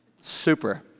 super